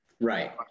Right